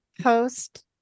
post